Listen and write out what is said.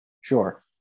Sure